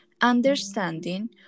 understanding